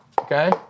Okay